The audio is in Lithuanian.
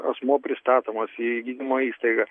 asmuo pristatomas į gydymo įstaigą